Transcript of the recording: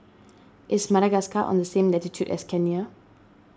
is Madagascar on the same latitude as Kenya